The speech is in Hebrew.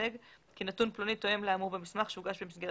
מייצג כי נתון פלוני תואם לאמור במסמך שהוגש במסגרת